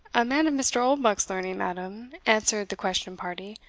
a man of mr. oldbuck's learning, madam, answered the questioned party,